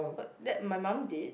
but that my mum did